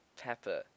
Pepper